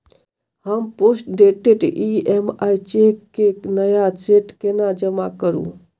हम postdated EMI cheque केँ नया सेट केना जमा करू?